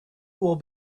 will